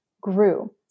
grew